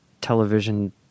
television